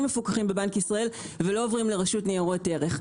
מפוקחים בבנק ישראל ולא עוברים לרשות ניירות ערך.